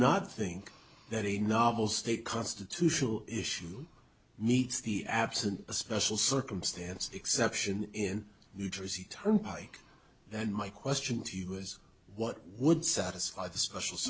not think that a novel state constitutional issue meets the absent special circumstance exception in new jersey turnpike then my question to you is what would satisfy the special